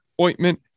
ointment